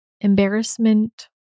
embarrassment